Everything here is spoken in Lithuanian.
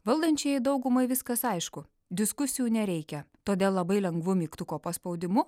valdančiajai daugumai viskas aišku diskusijų nereikia todėl labai lengvu mygtuko paspaudimu